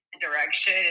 direction